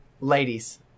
Ladies